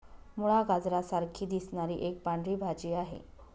मुळा, गाजरा सारखी दिसणारी एक पांढरी भाजी आहे